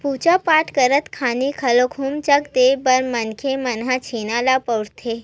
पूजा पाठ करत खानी घलोक हूम जग देय बर मनखे मन ह छेना ल बउरथे